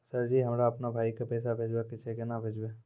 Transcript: Sir ji हमरा अपनो भाई के पैसा भेजबे के छै, केना भेजबे?